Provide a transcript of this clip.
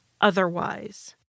otherwise